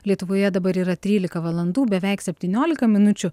lietuvoje dabar yra trylika valandų beveik septyniolika minučių